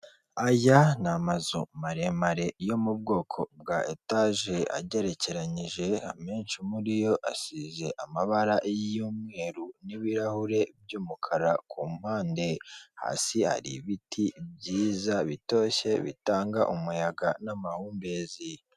Aha ngaha ni amafaranga yama nyarwanda, ashobora kuba ari umuntu uje kuyabikuza cyangwa se uje kuyabika, usanga aya n'amafaranga yama nyarwanda inote nkuru za bitanu(5000rwf) ,bitanu(5000rwf).